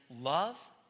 love